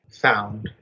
found